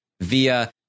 via